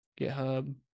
GitHub